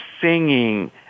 singing